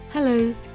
Hello